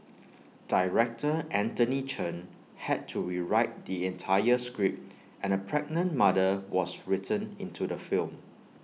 Director Anthony Chen had to rewrite the entire script and A pregnant mother was written into the film